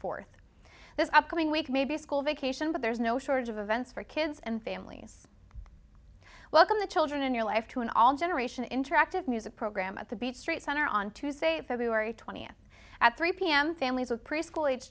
fourth this upcoming week maybe a school vacation but there's no shortage of events for kids and families welcome to children in your life to an all generation interactive music program at the beach street center on tuesday february twentieth at three pm families of preschool age